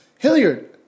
Hilliard